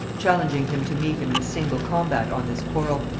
challenging him to meet him in single combat on this quarrel,